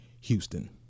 Houston